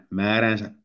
määränsä